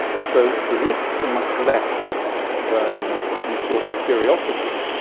so the risks are much less than we saw with curiosity.